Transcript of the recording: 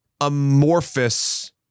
amorphous